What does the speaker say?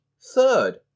third